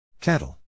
cattle